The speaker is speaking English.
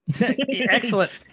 Excellent